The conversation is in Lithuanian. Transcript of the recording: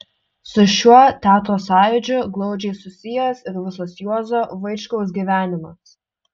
su šiuo teatro sąjūdžiu glaudžiai susijęs ir visas juozo vaičkaus gyvenimas